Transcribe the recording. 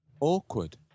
awkward